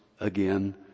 again